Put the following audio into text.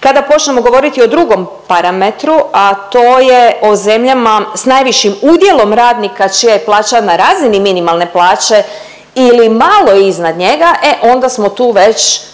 kada počnemo govoriti o drugom parametru, a to je o zemljama s najvišim udjelom radnika čija je plaća na razini minimalne plaće ili malo iznad njega, e onda smo tu već